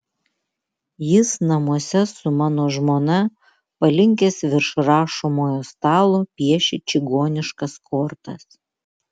jis namuose su mano žmona palinkęs virš rašomojo stalo piešia čigoniškas kortas